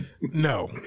no